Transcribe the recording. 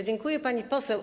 Dziękuję, pani poseł.